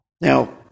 Now